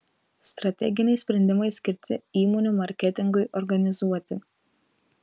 strateginiai sprendimai skirti įmonių marketingui organizuoti